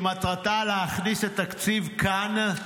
שמטרתה להכניס את תקציב כאן,